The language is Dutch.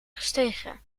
gestegen